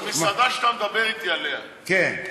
עיסאווי, המסעדה שאתה מדבר אתי עליה, כן?